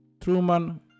truman